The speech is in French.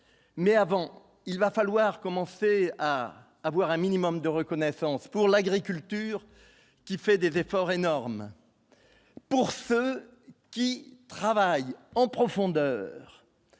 mais avant, il va falloir commencer à avoir un minimum de reconnaissance pour l'agriculture, qui fait des efforts énormes pour feu qui travaille en profondeur